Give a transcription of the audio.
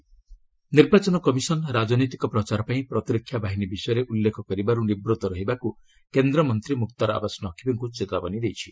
EC Naqvi ନିର୍ବାଚନ commission ରାଜନୈତିକ ପ୍ରଚାର ପାଇଁ ପ୍ରତିରକ୍ଷା ବାହିନୀ ବିଷୟରେ ଉଲ୍ଲ୍ଜେଖ କରିବାରୁ ନିବୂତ୍ତ ରହିବାକୁ କେନ୍ଦ୍ର ମନ୍ତ୍ରୀ ମୁକ୍ତାର ଆବାସ ନକ୍ବିଙ୍କୁ ଚେତାବନୀ ଦେଇଛି